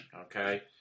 okay